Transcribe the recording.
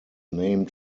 named